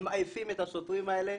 היו מעיפים את השוטרים האלה.